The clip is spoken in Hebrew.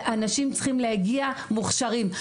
אנשים צריכים להגיע מוכשרים.